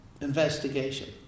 investigation